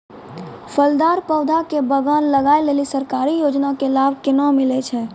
फलदार पौधा के बगान लगाय लेली सरकारी योजना के लाभ केना मिलै छै?